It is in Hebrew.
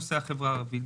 נושא החברה הערבית,